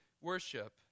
worship